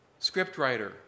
scriptwriter